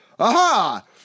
Aha